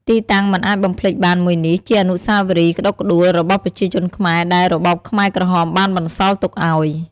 ទីតាំងមិនអាចបំភ្លេចបានមួយនេះ ជាអនុស្សវរីយ៍ក្តុកក្ដួល របស់ប្រជាជនខ្មែរដែលរបបខ្មែរក្រហមបានបន្សល់ទុកឱ្យ។